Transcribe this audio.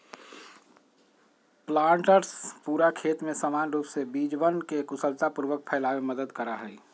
planters पूरा खेत में समान रूप से बीजवन के कुशलतापूर्वक फैलावे में मदद करा हई